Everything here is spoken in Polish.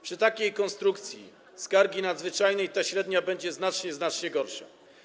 Przy takiej konstrukcji skargi nadzwyczajnej ta średnia będzie znacznie, znacznie gorsza.